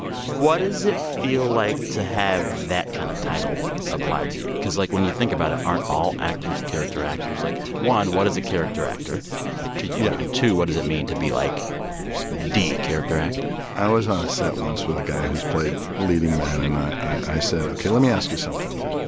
what does it feel like to have that kind of title applied to you? because like when you think about it, aren't all actors character actors? like, one, what is a character actor to you? and two, what does it mean to be like the character actor? i was on a set once with a guy who's played leading man. and i said, ok, let me ask you something.